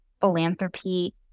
philanthropy